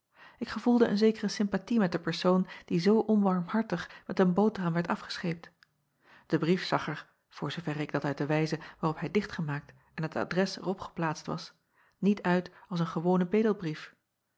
k gevoelde een zekere sympathie met de persoon die zoo onbarmhartig met een boterham werd afgescheept de brief zag er voor zooverre ik dat uit de wijze waarop hij dichtgemaakt en het adres er op geplaatst was niet uit als een gewone bedelbrief